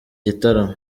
gitaramo